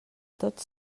tots